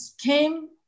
came